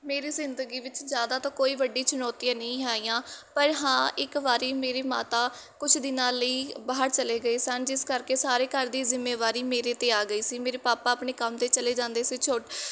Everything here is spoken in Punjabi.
ਮੇਰੀ ਜ਼ਿੰਦਗੀ ਵਿੱਚ ਜ਼ਿਆਦਾ ਤਾਂ ਕੋਈ ਵੱਡੀ ਚੁਣੌਤੀਆਂ ਨਹੀਂ ਆਈਆਂ ਪਰ ਹਾਂ ਇੱਕ ਵਾਰੀ ਮੇਰੀ ਮਾਤਾ ਕੁਛ ਦਿਨਾਂ ਲਈ ਬਾਹਰ ਚਲੇ ਗਏ ਸਨ ਜਿਸ ਕਰਕੇ ਸਾਰੇ ਘਰ ਦੀ ਜ਼ਿੰਮੇਵਾਰੀ ਮੇਰੇ 'ਤੇ ਆ ਗਈ ਸੀ ਮੇਰੇ ਪਾਪਾ ਆਪਣੇ ਕੰਮ 'ਤੇ ਚਲੇ ਜਾਂਦੇ ਸੀ ਛੋ